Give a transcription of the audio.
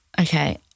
okay